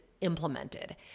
implemented